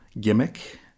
Gimmick